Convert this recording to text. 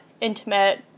intimate